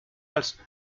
als